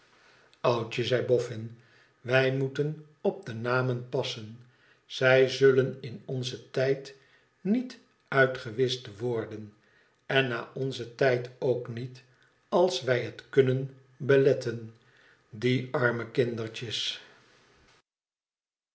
oudje zei boffin wij moeten op de namen passen zij zullen in onzen tijd niet uitewischt worden en na onzen tijd ook niet als wij het kunnen beletten die arme kindertjes